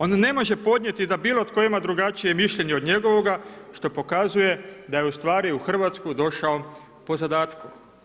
On ne može podnijeti da bilo tko ima drugačije mišljenje od njegovoga što pokazuje da je ustvari u Hrvatsku došao po zadatku.